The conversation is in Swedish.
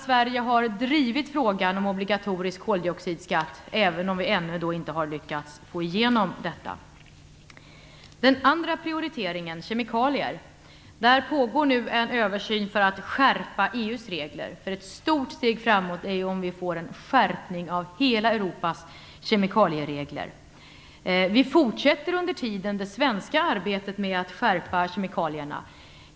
Sverige har också drivit frågan om obligatorisk koldioxidskatt, även om vi ännu inte har lyckats få igenom den. Den andra punkten gäller kemikalierfrågorna. Där pågår nu en översyn för att skärpa EU:s regler. Det är ett stort steg framåt om vi får en skärpning av hela Vi fortsätter under tiden det svenska arbetet med att skärpa kemikaliereglerna.